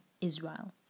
Israel